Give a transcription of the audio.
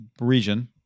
region